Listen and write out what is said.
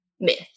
myth